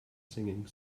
singing